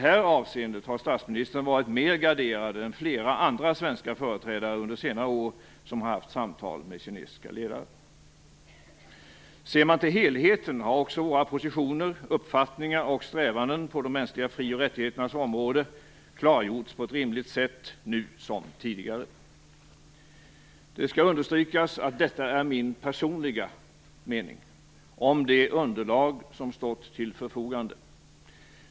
I detta avseende har statsministern varit mer garderad än flera andra svenska företrädare under senare år som har haft samtal med kinesiska ledare. Om man ser till helheten har våra positioner, uppfattningar och strävanden på de mänskliga fri och rättigheternas område klargjorts på ett rimligt sätt nu som tidigare. Det skall understrykas att detta är min personliga mening om det underlag som stått till förfogande.